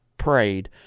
prayed